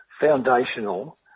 foundational